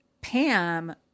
pam